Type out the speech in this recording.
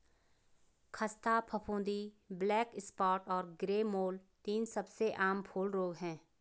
ख़स्ता फफूंदी, black spot और ग्रे मोल्ड तीन सबसे आम फूल रोग हैं